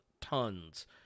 tons